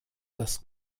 dass